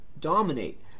dominate